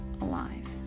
alive